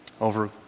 over